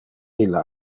ille